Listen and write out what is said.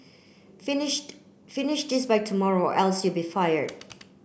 finished finish this by tomorrow else you'll be fired